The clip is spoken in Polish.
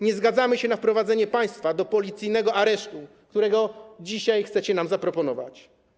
Nie zgadzamy się na wprowadzenie państwa do policyjnego aresztu, co dzisiaj chcecie nam zaproponować.